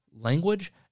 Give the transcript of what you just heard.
language